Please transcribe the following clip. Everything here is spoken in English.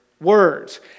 words